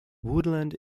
woodland